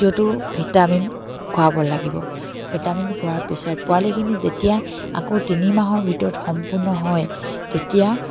দ্বিতীয়টো ভিটামিন খোৱাব লাগিব ভিটামিন খোৱাৰ পিছত পোৱালিখিনি যেতিয়াই আকৌ তিনিমাহৰ ভিতৰত সম্পূৰ্ণ হয় তেতিয়া